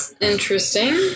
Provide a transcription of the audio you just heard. interesting